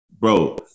Bro